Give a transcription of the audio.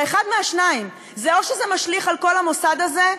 זה אחד מהשניים: או שזה משליך על כל המוסד הזה,